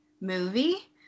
movie